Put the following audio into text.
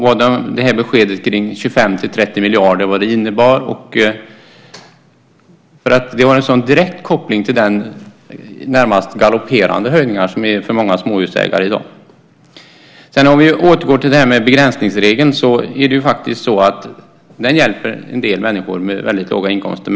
Vad innebär beskedet om 25-30 miljarder? Det har en sådan direkt koppling till de närmast galopperande höjningar som drabbar många småhusägare i dag. Begränsningsregeln hjälper en del människor med väldigt låga inkomster.